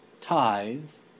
tithes